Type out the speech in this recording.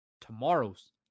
tomorrow's